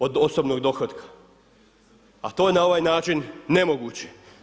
Od osobnog dohotka a to na ovaj način nemoguće.